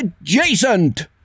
adjacent